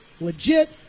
legit